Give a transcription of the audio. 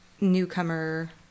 newcomer